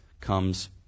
comes